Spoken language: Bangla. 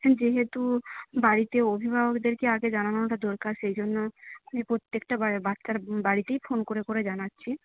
যেহেতু বাড়িতে অভিভাবকদেরকে আগে জানানোটা দরকার সেইজন্য আমি প্রত্যেকটা বাচ্চার বাড়িতেই ফোন করে করে জানাচ্ছি